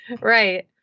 Right